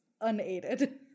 unaided